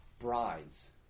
brides